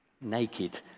Naked